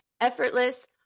effortless